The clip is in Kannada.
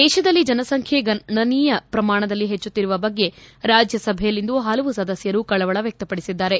ದೇಶದಲ್ಲಿ ಜನಸಂಚ್ಯೆ ಗಣನೀಯ ಪ್ರಮಾಣದಲ್ಲಿ ಹೆಚ್ಚುತ್ತಿರುವ ಬಗ್ಗೆ ರಾಜ್ಯಸಭೆಯಲ್ಲಿಂದು ಹಲವು ಸದಸ್ಕರು ಕಳವಳ ವ್ವಕ್ತಪಡಿಸಿದ್ದಾರೆ